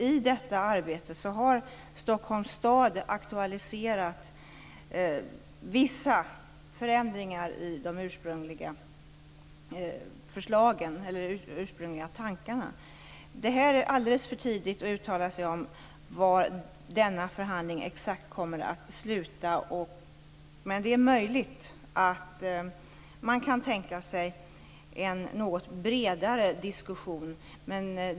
I detta arbete har Stockholms stad aktualiserat vissa förändringar i de ursprungliga förslagen eller tankarna. Det är alldeles för tidigt att uttala sig om vad denna förhandling exakt kommer att sluta i. Det är möjligt att man kan tänka sig en något bredare diskussion.